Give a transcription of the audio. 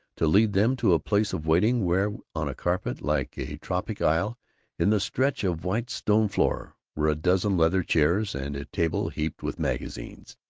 to lead them to a place of waiting where, on a carpet like a tropic isle in the stretch of white stone floor, were a dozen leather chairs and a table heaped with magazines.